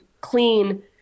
clean